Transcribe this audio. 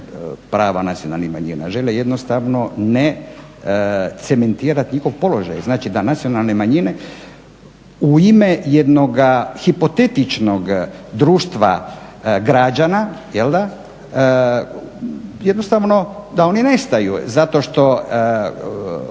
prava nacionalnih manjina. Žele jednostavno ne cementirati njihov položaj. Znači, da nacionalne manjine u ime jednoga hipotetičnog društva građana jel'da jednostavno da oni nestaju. Zato što